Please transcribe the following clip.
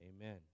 amen